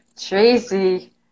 Tracy